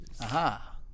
aha